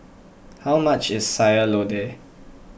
how much is Sayur Lodeh